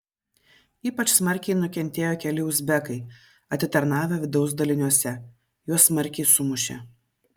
ypač smarkiai nukentėjo keli uzbekai atitarnavę vidaus daliniuose juos smarkiai sumušė